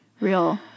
real